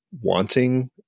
wanting